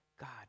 god